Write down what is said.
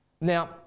Now